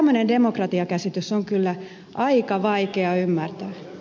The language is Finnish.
tämmöinen demokratiakäsitys on kyllä aika vaikea ymmärtää